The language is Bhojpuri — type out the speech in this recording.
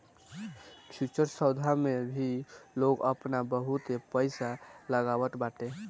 फ्यूचर्स सौदा मे भी लोग आपन बहुते पईसा लगावत बाटे